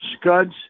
scuds